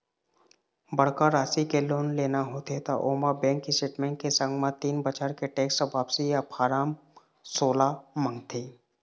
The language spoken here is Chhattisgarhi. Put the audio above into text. बड़का राशि के लोन लेना होथे त ओमा बेंक स्टेटमेंट के संग म तीन बछर के टेक्स वापसी या फारम सोला मांगथे